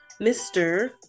Mr